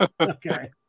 Okay